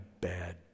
bad